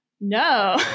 No